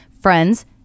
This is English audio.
friends